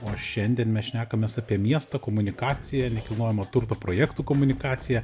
o šiandien mes šnekamės apie miesto komunikaciją nekilnojamo turto projektų komunikaciją